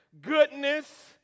goodness